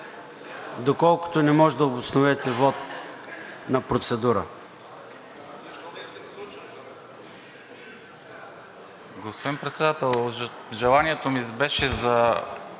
доколкото не може да обосновете вот на процедура.